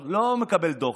הוא לא היה מקבל דוח,